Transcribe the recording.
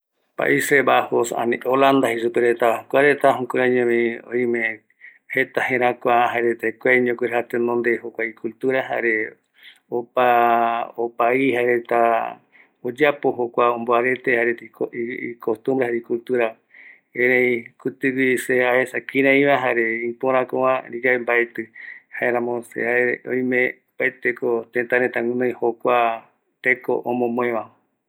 Paise bajo peguareta kuaretako jae guinoivi jaeko apertura y pracmatismo jei supe reta bicicleta jae supegua reta jae mopeti simbolono jukurai ojä reta jare ajereta oime guɨnoi äpo pintore jaeko rembran jae jokua jee jae täta omboete retano jae kuareta jeko jukurai jaereta jeko rupi yoguɨra